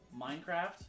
Minecraft